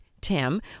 Tim